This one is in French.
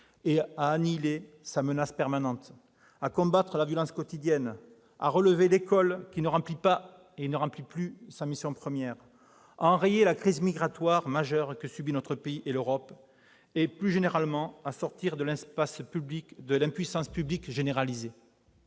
et à annihiler sa menace permanente, à combattre la violence quotidienne, à relever l'école, qui ne remplit plus sa mission première, à enrayer la crise migratoire majeure que subi notre pays et l'Europe et, plus généralement, à sortir de l'impuissance publique généralisée.